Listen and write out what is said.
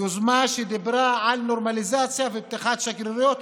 יוזמה שדיברה על נורמליזציה ופתיחת שגרירויות.